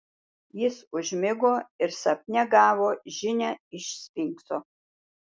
jis užmigo ir sapne gavo žinią iš sfinkso